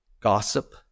gossip